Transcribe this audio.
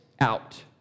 out